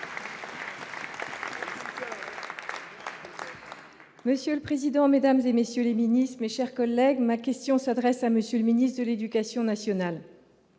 Monsieur le président, Mesdames et messieurs les ministres, mes chers collègues, ma question s'adresse à monsieur le ministre de l'Éducation nationale